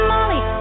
Molly